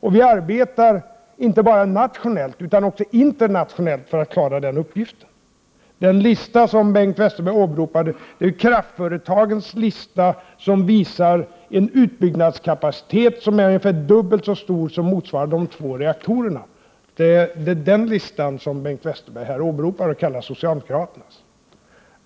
Regeringen arbetar inte bara nationellt, utan också internationellt för att klara av den uppgiften. Den lista som Bengt Westerberg åberopade är kraftföretagens lista. Den visar en utbyggnadskapacitet som är ungefär dubbelt så stor som den som produceras av de två reaktorerna som skall avvecklas. Det är den listan som Bengt Westerberg här oberopar och kallar för socialdemokraternas.